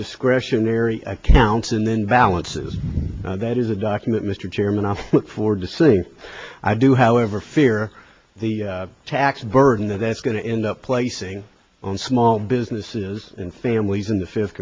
discretionary accounts and then balances that is a document mr chairman i look forward to seeing i do however fear the tax burden that's going to end up placing on small businesses and families in the fifth